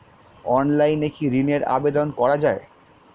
অনলাইনে কি ঋণের আবেদন করা যায়?